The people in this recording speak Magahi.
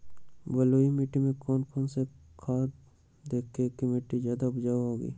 बलुई मिट्टी में कौन कौन से खाद देगें की मिट्टी ज्यादा उपजाऊ होगी?